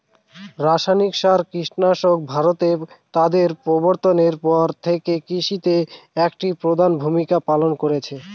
রাসায়নিক কীটনাশক ভারতে তাদের প্রবর্তনের পর থেকে কৃষিতে একটি প্রধান ভূমিকা পালন করেছে